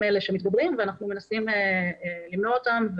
האלה שמתגברים ואנחנו מנסים למנוע אותם,